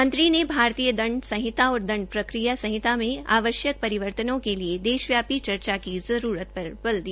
मंत्री ने भारतीय दंड संहिता और दंड प्रक्रिया संहिता में आवश्यक परिवर्तनों के लिए देश व्यापी चर्चा की जरूरत पर बल दिया